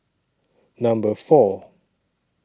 Number four